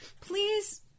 please